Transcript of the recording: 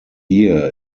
year